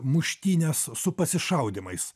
muštynes su pasišaudymais